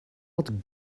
not